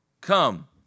come